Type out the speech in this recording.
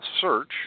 search